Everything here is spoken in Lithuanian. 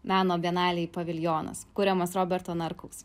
meno bienalėj paviljonas kuriamas roberto narkaus